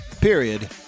period